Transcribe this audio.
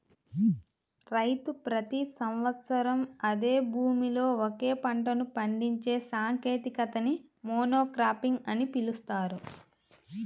రైతు ప్రతి సంవత్సరం అదే భూమిలో ఒకే పంటను పండించే సాంకేతికతని మోనోక్రాపింగ్ అని పిలుస్తారు